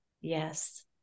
Yes